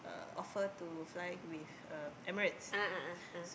uh offer to fly with uh Emirates so